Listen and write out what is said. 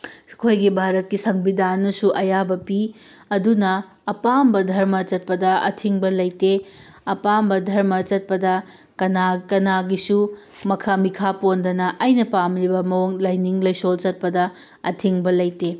ꯑꯩꯈꯣꯏꯒꯤ ꯚꯥꯔꯠꯀꯤ ꯁꯪꯕꯤꯙꯥꯟꯅꯁꯨ ꯑꯌꯥꯕ ꯄꯤ ꯑꯗꯨꯅ ꯑꯄꯥꯝꯕ ꯙꯔꯃ ꯆꯠꯄꯗ ꯑꯊꯤꯡꯕ ꯂꯩꯇꯦ ꯑꯄꯥꯝꯕ ꯙꯔꯃ ꯆꯠꯄꯗ ꯀꯅꯥ ꯀꯅꯥꯒꯤꯁꯨ ꯃꯈꯥ ꯃꯤꯈꯥ ꯄꯣꯟꯗꯅ ꯑꯩꯅ ꯄꯥꯝꯃꯤꯕ ꯃꯑꯣꯡ ꯂꯥꯏꯅꯤꯡ ꯂꯥꯏꯁꯣꯜ ꯆꯠꯄꯗ ꯑꯊꯤꯡꯕ ꯂꯩꯇꯦ